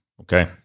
Okay